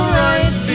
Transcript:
right